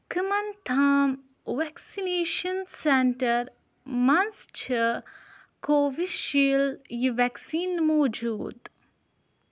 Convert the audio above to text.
کَمَن تھام ویکسِنیشن سینٹرن مَنٛز چھِ کووِشیٖلڈ یہِ ویکسیٖن موٗجوٗد